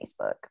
Facebook